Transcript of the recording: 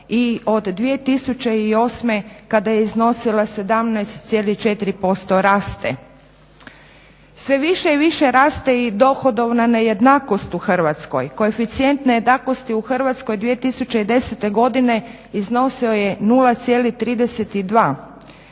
i od 2008. kada je iznosila 17,4% raste. Sve više i više raste i dohodovna nejednakost u Hrvatskoj. Koeficijent nejednakosti u Hrvatskoj 2010. godine iznosio je 0,32.